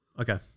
Okay